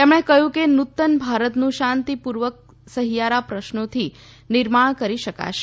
તેમણે કહ્યું કે નૂતન ભારતનું શાંતિપૂર્વક સહિયારા પ્રયત્નોથી નિર્માણ કરી શકાશે